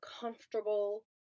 comfortable